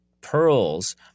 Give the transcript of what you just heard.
pearls